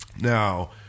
Now